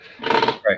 Right